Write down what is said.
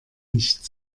nicht